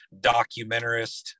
documentarist